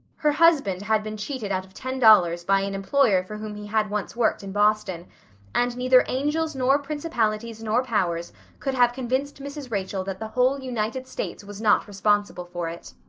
her husband had been cheated out of ten dollars by an employer for whom he had once worked in boston and neither angels nor principalities nor powers could have convinced mrs. rachel that the whole united states was not responsible for it.